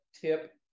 tip